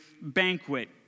banquet